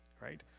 right